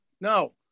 No